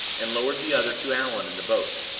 and lowered the other to allan in the boat.